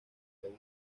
país